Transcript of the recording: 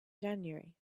january